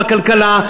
בכלכלה,